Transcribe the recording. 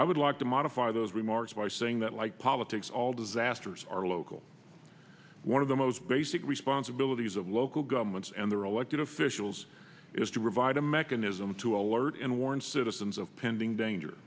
i would like to modify those remarks by saying that like politics all disasters are local one of the most basic responsibilities of local governments and their elected officials is to provide a mechanism to alert and warn citizens of pending danger